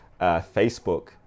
Facebook